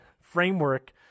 framework